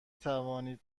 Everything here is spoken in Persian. توانید